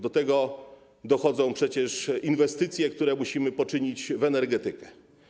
Do tego dochodzą przecież inwestycje, które musimy poczynić w energetykę.